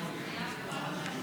תודה רבה.